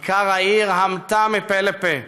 כיכר העיר המתה מפה לפה.